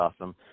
awesome